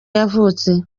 yavutse